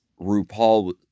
RuPaul